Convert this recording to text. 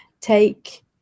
take